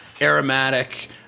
aromatic